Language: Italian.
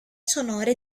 sonore